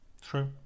true